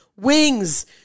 wings